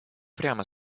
прямо